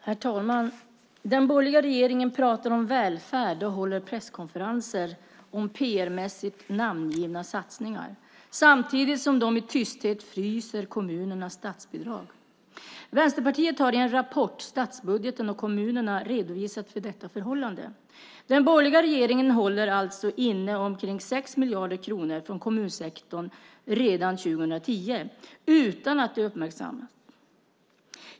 Herr talman! Den borgerliga regeringen pratar om välfärd och håller presskonferenser om PR-mässigt namngivna satsningar samtidigt som de i tysthet fryser kommunernas statsbidrag. Vänsterpartiet har i en rapport, Statsbudgeten och kommunerna , redovisat detta förhållande. Den borgerliga regeringen håller inne omkring 6 miljarder kronor från kommunsektorn redan 2010 utan att det uppmärksammas.